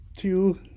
Two